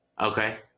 Okay